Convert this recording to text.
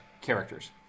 characters